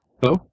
Hello